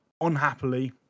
unhappily